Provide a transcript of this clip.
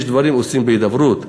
יש דברים שעושים בהידברות.